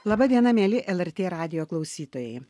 laba diena mieli lrt radijo klausytojai